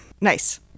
Nice